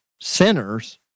sinners